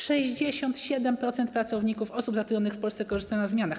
67% pracowników, osób zatrudnionych w Polsce skorzysta na zmianach.